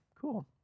cool